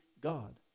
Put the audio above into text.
God